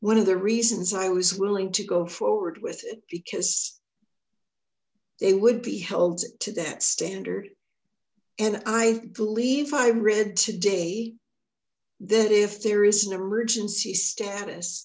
one of the reasons i was willing to go forward with it because they would be held to that standard and i believe i read today that if there is an emergency status